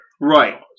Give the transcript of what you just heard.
Right